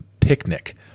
picnic